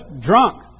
drunk